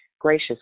gracious